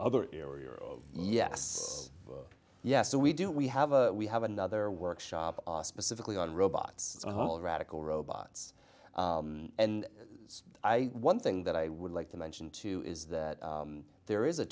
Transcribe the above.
other area yes yes so we do we have a we have another workshop specifically on robots hall radical robots and i one thing that i would like to mention too is that there is a